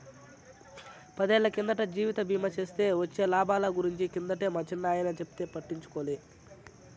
పదేళ్ళ కిందట జీవిత బీమా సేస్తే వొచ్చే లాబాల గురించి కిందటే మా చిన్నాయన చెప్తే పట్టించుకోలే